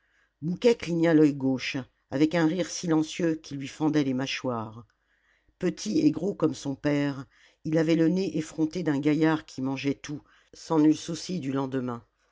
l'oeil gauche avec un rire silencieux qui lui fendait les mâchoires petit et gros comme son père il avait le nez effronté d'un gaillard qui mangeait tout sans nul souci du lendemain